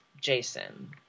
Jason